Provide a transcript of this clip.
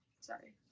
Sorry